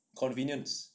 convenience